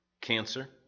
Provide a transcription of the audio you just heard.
cancer